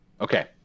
Okay